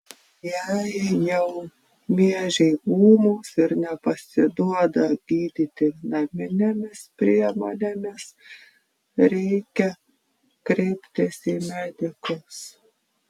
jei jau miežiai ūmūs ir nepasiduoda gydyti naminėmis priemonėmis reikia kreiptis į medikus